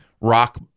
rock